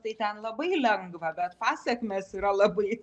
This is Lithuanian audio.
tai ten labai lengva bet pasekmės yra labai